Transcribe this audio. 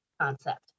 concept